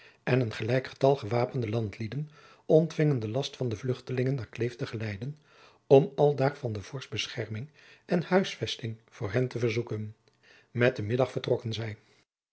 lennep de pleegzoon getal gewapende landlieden ontfingen de last van de vluchtelingen naar kleef te geleiden om aldaar van den vorst bescherming en huisvesting voor hen te verzoeken met den middag vertrokken zij